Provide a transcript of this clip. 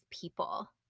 people